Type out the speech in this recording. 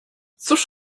cóż